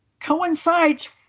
coincides